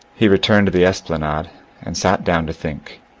he returned to the esplanade and sat down to think.